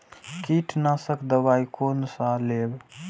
कीट नाशक दवाई कोन सा लेब?